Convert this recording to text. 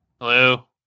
Hello